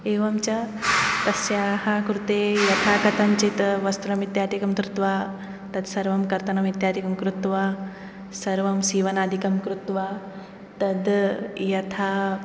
एवञ्च तस्याः कृते यथा कथञ्चित् वस्त्रमित्यादिकं धृत्वा तत् सर्वं कर्तनमित्यादिकं कृत्वा सर्वं सीवनादिकं कृत्वा तद् यथा